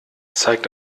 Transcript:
zeigt